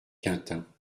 quintin